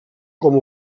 com